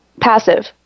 passive